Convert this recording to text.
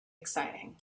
exciting